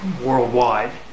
worldwide